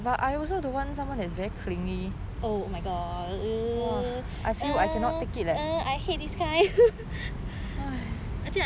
oh oh my god um err err I hate this kind